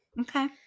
Okay